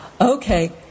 okay